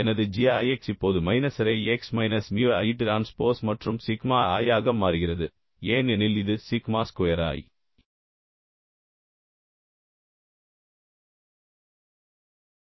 எனது g i x இப்போது minus அரை x மைனஸ் மியூ i டிரான்ஸ்போஸ் மற்றும் சிக்மா i ஆக மாறுகிறது ஏனெனில் இது சிக்மா ஸ்கொயர் i